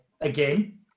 again